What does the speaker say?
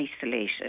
isolated